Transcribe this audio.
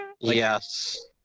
Yes